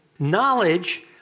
Knowledge